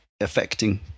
affecting